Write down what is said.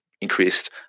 increased